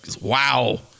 wow